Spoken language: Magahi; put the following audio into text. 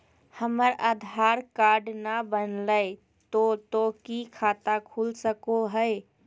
हमर आधार कार्ड न बनलै तो तो की खाता खुल सको है?